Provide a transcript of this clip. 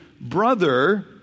brother